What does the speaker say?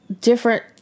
different